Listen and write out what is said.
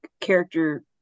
character